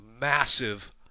massive